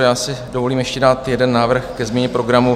Já si dovolím ještě dát jeden návrh ke změně programu.